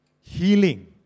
healing